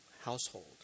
household